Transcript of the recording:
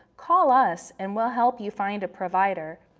call us and we'll help you find a provider.